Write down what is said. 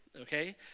okay